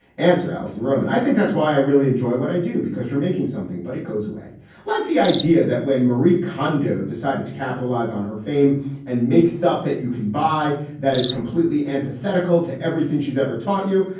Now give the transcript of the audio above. answer alice in roman. i think that's why i really enjoy what i do, because you're making something. but it goes away like the idea that when marie kondo decided to capitalize on her fame and make stuff that you can buy that is completely antithetical to everything she's ever taught you.